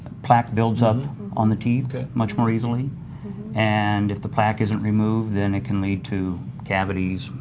plaque builds up on the teeth much more easily and if the plaque isn't removed, then it can lead to cavities,